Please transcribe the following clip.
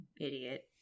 idiot